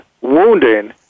wounding